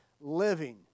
living